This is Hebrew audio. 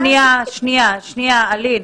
שנייה, אלין.